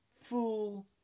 fool